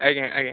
ଆଜ୍ଞା ଆଜ୍ଞା